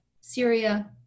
Syria